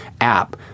app